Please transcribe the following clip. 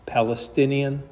Palestinian